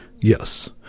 Yes